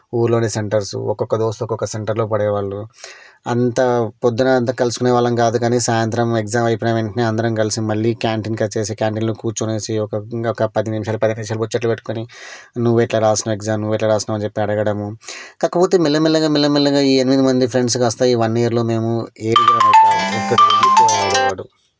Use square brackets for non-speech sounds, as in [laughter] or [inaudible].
ఊళ్ళోనే సెంటర్స్ ఒక్కొక్క దోస్త్ ఒక్కొక్క సెంటర్లో పడేవాళ్ళు అంతా ప్రొద్దున అంతా కలుసుకునే వాళ్ళము కాదు కానీ సాయంత్రం ఎగ్జామ్ అయిపోయిన వెంటనే అందరం కలిసి మళ్ళీ క్యాంటీన్కి వచ్చేసి క్యాంటీన్లో కూర్చునేసి ఒక ఇంకొక పది నిమిషాలు పదిహేను నిమిషాలు ముచ్చట్లు పెట్టుకొని నువ్వు ఎట్లా వ్రాసావు ఎగ్జామ్ నువ్వు ఎట్లా వ్రాసినావు అని చెప్పి అడగడము కాకపోతే మెల్లమెల్లగా మెల్లమెల్లగా ఈ ఎనిమిది మంది ఫ్రెండ్స్ కాస్త ఈ వన్ ఇయర్లో మేము ఏ [unintelligible]